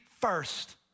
first